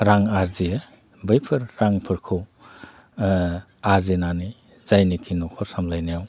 रां आरजियो बैफोर रांफोरखौ आरजिनानै जायनिखि न'खर सामब्लायनायाव